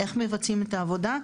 איך מבצעים את העבודה,